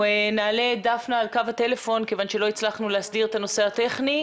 נעלה את דפנה על קו הטלפון כיוון שלא הצלחנו להסדיר את הנושא הטכני.